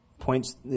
points